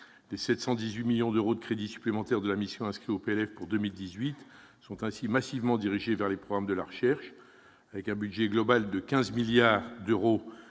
Les 718 millions d'euros de crédits supplémentaires de la mission inscrits au PLF pour 2018 sont ainsi massivement dirigés vers les programmes de la recherche. Avec un budget global de 15 milliards d'euros,